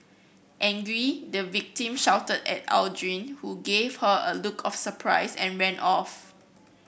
angry the victim shouted at Aldrin who gave her a look of surprise and ran off